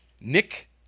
Nick